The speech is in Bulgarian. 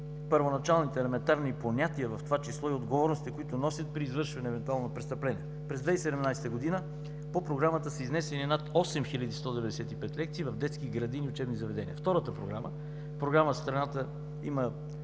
първоначалните, елементарни понятия, в това число и отговорности, които носят при извършване евентуално престъпление. През 2017 г. по Програмата са изнесени над 8195 лекции в детски градини и учебни заведения. Втората програма – по тази програма има